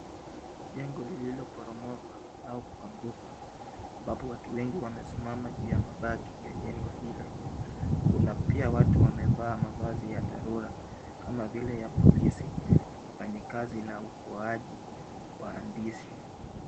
Jengo lililoporomoka au kuanguka ambapo watu wengi wamesimama juu ya mabaki ya jengo hilo. Kuna pia watu wamevaa mavazi ya dharura kama vile ya polisi, wafanyikazi na waokoaji wahandisi.